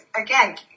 again